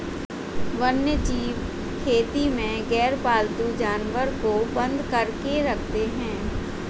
वन्यजीव खेती में गैरपालतू जानवर को बंद करके रखते हैं